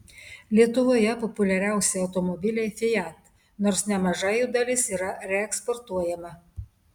lietuvoje populiariausi automobiliai fiat nors nemaža jų dalis yra reeksportuojama